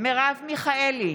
מרב מיכאלי,